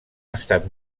estat